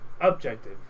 objective